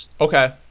Okay